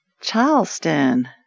Charleston